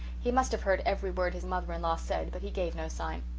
he must have heard every word his mother-in-law said but he gave no sign.